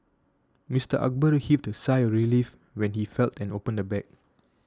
Mister Akbar heaved a sigh of relief when he felt and opened the bag